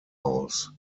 aus